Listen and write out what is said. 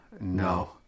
No